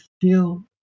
feel